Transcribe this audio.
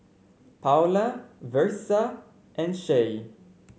Paola Versa and Shae